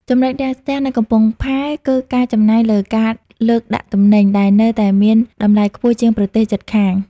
ចំណុចរាំងស្ទះនៅកំពង់ផែ គឺការចំណាយលើការលើកដាក់ទំនិញ ដែលនៅតែមានតម្លៃខ្ពស់ជាងប្រទេសជិតខាង។